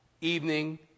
evening